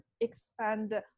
expand